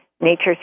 Nature's